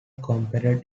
competed